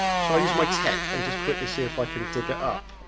shall i use my tech and just quickly see if i can dig it up,